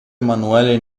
emanuele